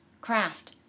craft